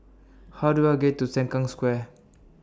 How Do I get to Sengkang Square